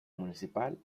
municipal